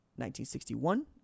1961